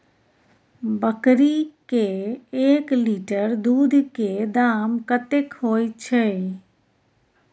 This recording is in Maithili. बकरी के एक लीटर दूध के दाम कतेक होय छै?